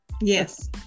Yes